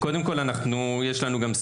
על